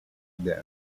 them